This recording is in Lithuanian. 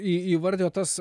į įvardijot tas